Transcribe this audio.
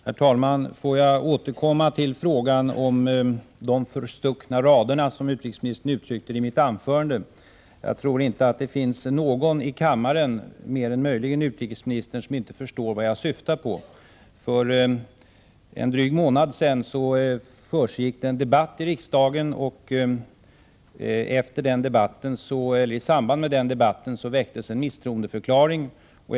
Herr talman! Får jag återkomma till frågan om de förstuckna raderna, som utrikesministern uttryckte det, i mitt anförande. Jag tror inte att det finns någon i kammaren, mer än möjligen utrikesministern, som inte förstår vad jag syftade på. För en dryg månad sedan försiggick en debatt här i riksdagen, och i samband med den debatten väcktes en misstroendeförklaring.